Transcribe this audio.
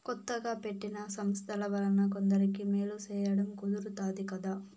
కొత్తగా పెట్టిన సంస్థల వలన కొందరికి మేలు సేయడం కుదురుతాది కదా